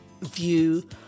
view